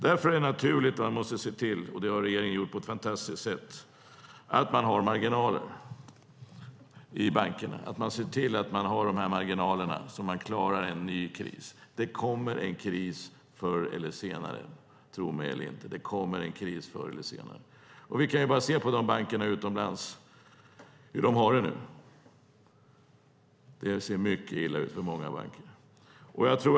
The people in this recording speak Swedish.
Därför är det naturligt att se till att man har marginaler i bankerna för att klara en ny kris, och det har regeringen gjort på ett fantastiskt sätt. Det kommer en kris förr eller senare, tro mig eller inte. Vi kan bara se på hur bankerna utomlands har det nu. Det ser mycket illa ut för många banker.